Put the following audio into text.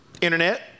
Internet